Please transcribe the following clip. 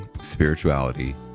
spirituality